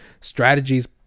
strategies